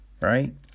Right